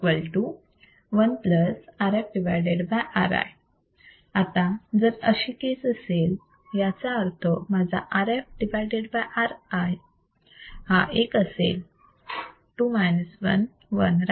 2 1 Rf Ri आता जर अशी केस असेल याचा अर्थ माझा Rf Ri Ri हा 1 असेल 2 1 right